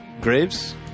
Graves